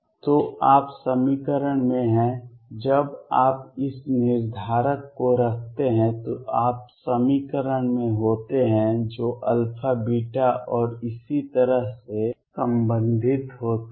तो आप समीकरण में हैं जब आप इस निर्धारक को रखते हैं तो आप समीकरण में होते हैं जो α β और इसी तरह से संबंधित होता है